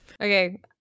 Okay